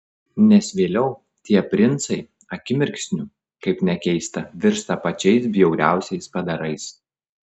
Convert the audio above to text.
nes vėliau tie princai akimirksniu kaip nekeista virsta pačiais bjauriausiais padarais